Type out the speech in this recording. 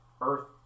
earth